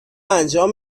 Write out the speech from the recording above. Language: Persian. انجام